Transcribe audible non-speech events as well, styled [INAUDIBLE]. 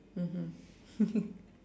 mmhmm [LAUGHS]